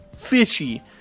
fishy